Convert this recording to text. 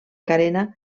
carena